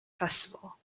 festival